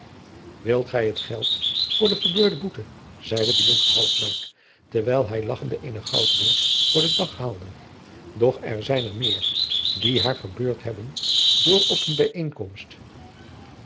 wilt gij het geld voor de verbeurde boete zeide de jonker halfluid terwijl hij lagchende eene goudbeurs voor den dag haalde doch er zijn er meer die haar verbeurd hebben door op die